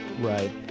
right